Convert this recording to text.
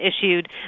issued